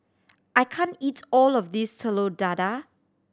I can't eat all of this Telur Dadah